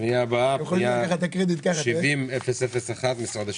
פנייה 70001 משרד השיכון.